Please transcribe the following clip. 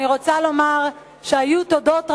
אני רוצה להודות תודה